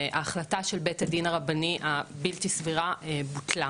וההחלטה של בית הדין הרבני הבלתי סבירה בוטלה.